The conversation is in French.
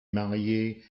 marié